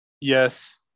yes